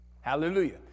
Hallelujah